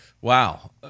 Wow